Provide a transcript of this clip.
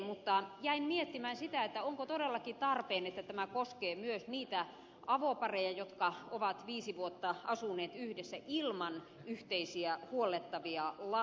mutta jäin miettimään sitä onko todellakin tarpeen että tämä koskee myös niitä avopareja jotka ovat viisi vuotta asuneet yhdessä ilman yhteisiä huollettavia lapsia